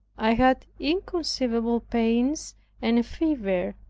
i had inconceivable pains and a fever.